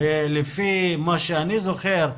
לפי מה שאני זוכר,